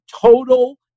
total